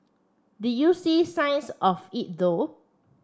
do you see signs of it though